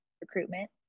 recruitment